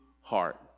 heart